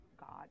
God